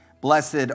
Blessed